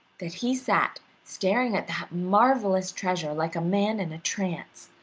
that he sat staring at that marvelous treasure like a man in a trance,